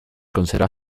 conserva